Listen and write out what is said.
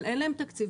אבל אין להם תקציב,